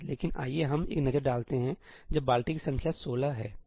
लेकिन आइए हम एक नज़र डालते हैं जब बाल्टी की संख्या 16 हैठीक